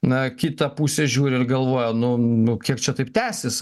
na kita pusė žiūri ir galvoja nu kiek čia taip tęsis